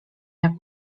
jak